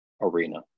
arena